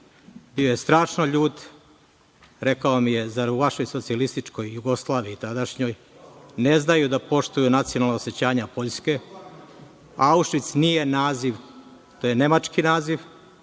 Bio je strašno ljut i rekao mi je – zar u vašoj Socijalističkoj Jugoslaviji, tadašnjoj, ne znaju da poštuju nacionalna osećanja Poljske? Aušvic nije naziv, to je nemački naziv,